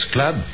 Club